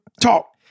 talk